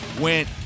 went